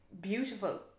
beautiful